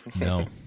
No